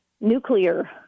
nuclear